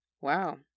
wow